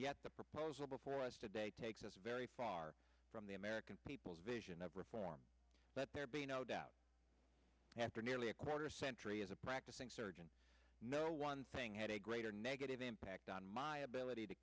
yet the proposal before us today takes us very far from the american people's vision of reform let there be no doubt after nearly a quarter century as a practicing surgeon know one thing had a greater negative impact on my ability to